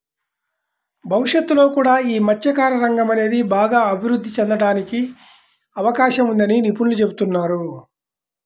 భవిష్యత్తులో కూడా యీ మత్స్యకార రంగం అనేది బాగా అభిరుద్ధి చెందడానికి అవకాశం ఉందని నిపుణులు చెబుతున్నారు